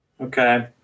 Okay